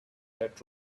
that